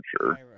sure